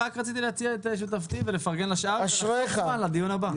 רק רציתי להציע את שותפותי ולפרגן לשאר ולהתכונן לדיון הבא.